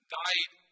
died